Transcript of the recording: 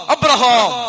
Abraham